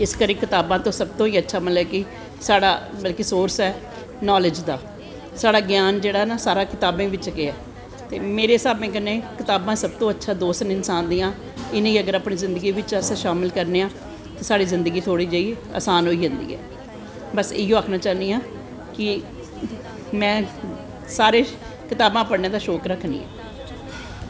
इस करी कताबां ते सब तो अच्चा मतलव कि साढ़े मतलव कि सोरस ऐ नॉलेज़ दा साढ़ा ग्यान जेह्ड़ा ना सारा कताबें बिच्च गै ऐ ते मेरे हिसाबे कन्नैं कताबां सब तो अच्चा दोस्त न इंसान दियां इनेंगी अगर अस अपनी जिन्गी बिच्च शामल करनें आं ते साढ़ी जिन्दगी थोह्ड़ी जेही आसान होई जंदी ऐ बस इयो आक्खनां चाह्नी आं कि में सारी कताबां पढ़नें दा शौंक रक्खनी आं